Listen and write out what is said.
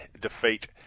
defeat